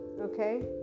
okay